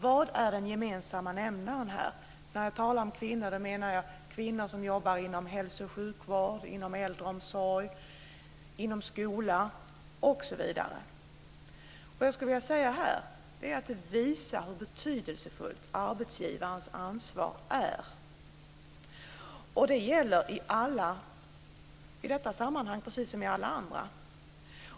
Vad är den gemensamma nämnaren här? När jag talar om kvinnor menar jag kvinnor som jobbar inom hälso och sjukvård, inom äldreomsorg, inom skolan osv. Det jag skulle vilja säga här är att det visar hur betydelsefullt arbetsgivarens ansvar är. Det gäller i detta sammanhang precis som i alla andra.